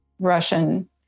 Russian